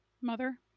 Mother